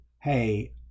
hey